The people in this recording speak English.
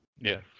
Yes